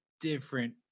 Different